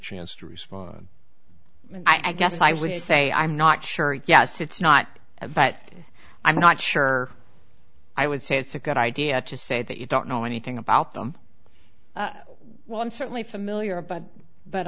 chance to respond i guess i would say i'm not sure yes it's not a but i'm not sure i would say it's a good idea to say that you don't know anything about them well i'm certainly familiar but but